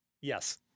Yes